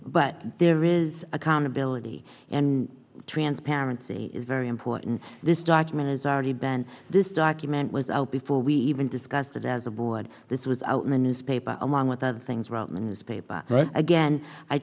but there is accountability and transparency is very important this document has already been this document was before we even discussed it as a board this was out in the newspaper along with other things well in the newspaper but again i